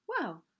wow